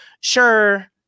sure